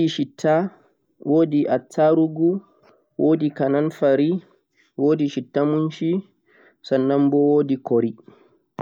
wodi shitta, wodi attarugu, wodi kamanfari, wodi shitta munshi sannan bo wodi kori